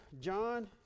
John